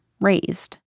raised